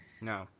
No